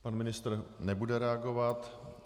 Pan ministr nebude reagovat.